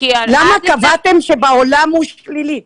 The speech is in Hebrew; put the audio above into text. למה קבעתם שבעולם הוא שלילי?